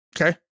Okay